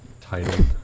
title